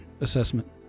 assessment